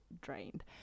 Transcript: drained